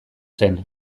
zen